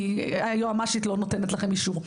כי היועמ"שית לא נותנת לכם אישור.